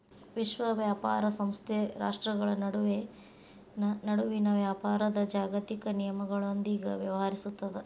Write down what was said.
ವಿಶ್ವ ವ್ಯಾಪಾರ ಸಂಸ್ಥೆ ರಾಷ್ಟ್ರ್ಗಳ ನಡುವಿನ ವ್ಯಾಪಾರದ್ ಜಾಗತಿಕ ನಿಯಮಗಳೊಂದಿಗ ವ್ಯವಹರಿಸುತ್ತದ